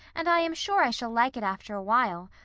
and i am sure i shall like it after a while.